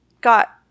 got